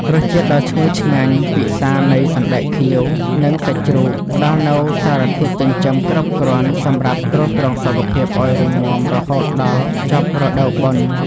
រសជាតិដ៏ឈ្ងុយឆ្ងាញ់ពិសានៃសណ្ដែកខៀវនិងសាច់ជ្រូកផ្ដល់នូវសារធាតុចិញ្ចឹមគ្រប់គ្រាន់សម្រាប់ទ្រទ្រង់សុខភាពឱ្យរឹងមាំរហូតដល់ចប់រដូវបុណ្យ។